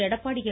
Edappadi K